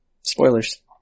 Spoilers